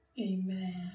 Amen